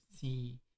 see